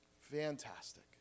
Fantastic